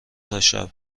تاشب